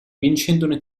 vincendone